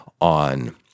on